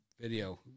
video